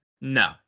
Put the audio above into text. No